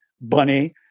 bunny